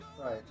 Right